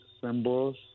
symbols